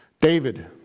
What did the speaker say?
David